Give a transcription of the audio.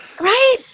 Right